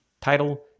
Title